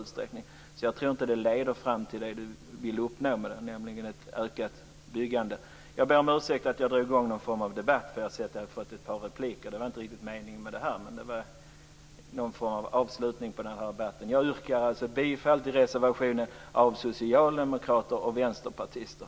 Jag tror inte att detta kommer att leda fram till vad Ulla-Britt Hagström vill uppnå, nämligen ett ökat byggande. Jag ber om ursäkt för att jag har dragit i gång någon form av debatt. Jag ser att jag har fått ett par repliker. Jag yrkar bifall till reservationen av socialdemokrater och vänsterpartister.